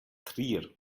trier